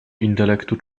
intelektu